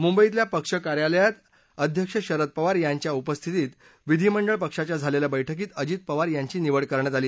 मुंबईतल्या पक्ष कार्यालयात अध्यक्ष शरद पवार यांच्या उपस्थितीत विधीमंडळ पक्षाच्या झालेल्या बर्क्कीत अजित पवार यांची निवड करण्यात आली